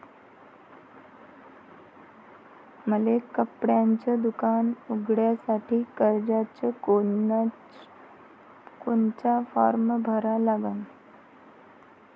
मले कपड्याच दुकान उघडासाठी कर्जाचा कोनचा फारम भरा लागन?